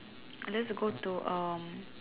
unless I go to um